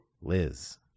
liz